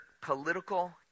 political